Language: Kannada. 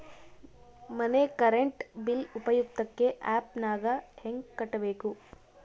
ಮನೆ ಕರೆಂಟ್ ಬಿಲ್ ಉಪಯುಕ್ತತೆ ಆ್ಯಪ್ ನಾಗ ಹೆಂಗ ಕಟ್ಟಬೇಕು?